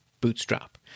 bootstrap